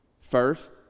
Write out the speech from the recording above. First